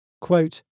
quote